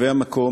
לטרמינלים.